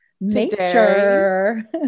nature